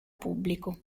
pubblico